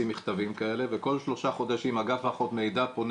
מכתבים כאלה וכל שלושה חודשים אגף חופש מידע פונה